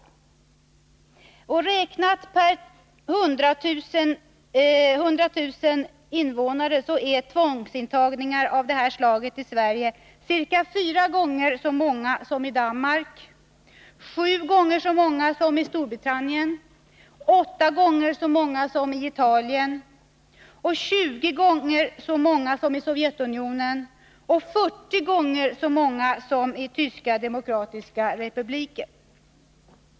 Vid en beräkning, baserad på 100 000 invånare, har det visat sig att tvångsintagningar av detta slag i Sverige är ca 4 gånger så många som i Danmark, 7 gånger så många som i Storbritannien, 8 gånger så många som i Italien, 20 gånger så många som i Sovjetunionen och 40 gånger så många som i Tyska demokratiska republiken.